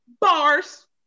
Bars